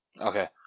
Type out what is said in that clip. Okay